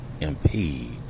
impede